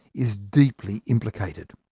is deeply implicated.